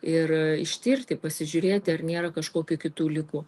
ir ištirti pasižiūrėti ar nėra kažkokių kitų ligų